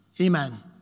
Amen